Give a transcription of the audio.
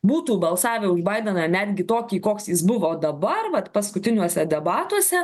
būtų balsavę už baideną netgi tokį koks jis buvo dabar vat paskutiniuose debatuose